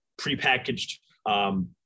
prepackaged